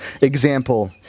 example